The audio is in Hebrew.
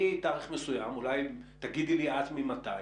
מתאריך מסוים, אולי תגידי לי את ממתי,